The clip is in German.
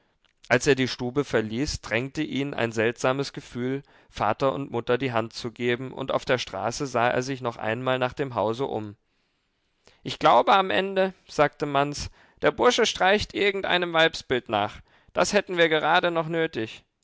als er die stube verließ drängte ihn ein seltsames gefühl vater und mutter die hand zu geben und auf der straße sah er sich noch einmal nach dem hause um ich glaube am ende sagte manz der bursche streicht irgendeinem weibsbild nach das hätten wir gerade noch nötig